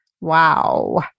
Wow